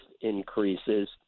increases